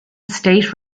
state